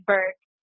Burke